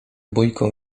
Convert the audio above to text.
bójką